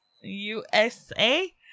USA